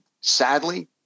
sadly